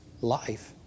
life